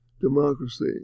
democracy